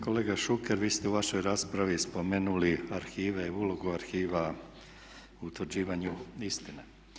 Kolega Šuker vi ste u vašoj raspravi spomenuli arhive, ulogu arhiva u utvrđivanju istine.